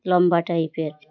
লম্বা টাইপের